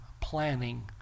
planning